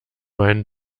meinen